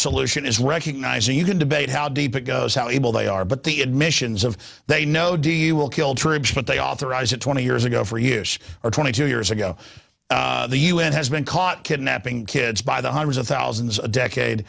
solution is recognizing you can debate how deep it goes how able they are but the admissions of they no do you will kill troops but they authorize it twenty years ago for you or twenty two years ago the un has been caught kidnapping kids by the hundreds of thousands a decade